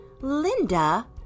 Linda